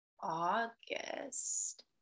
august